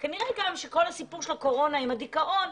כנראה שגם כל הסיפור של הקורונה עם הדיכאון,